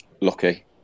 lucky